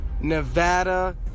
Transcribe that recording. Nevada